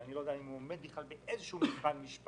שאני לא יודע אם הוא עומד באיזה שהוא מבחן משפטי